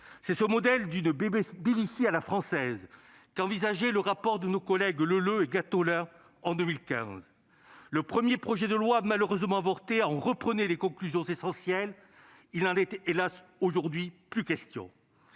C'est ce modèle d'une « BBC à la française » qu'envisageait le rapport de nos collègues Leleux et Gattolin en 2015. Le premier projet de loi, malheureusement avorté, en reprenait les conclusions essentielles. Il n'en est, hélas ! aujourd'hui plus question.